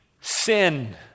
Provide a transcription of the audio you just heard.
sin